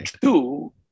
Two